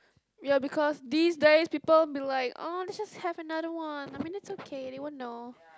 ya because these days people be like oh let's just have another one I mean it's okay they won't know